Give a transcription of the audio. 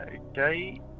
Okay